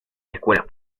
escuelas